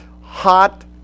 hot